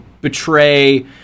betray